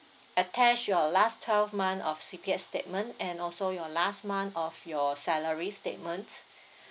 attach your last twelve month of C_P_F statement and also your last month of your salary statement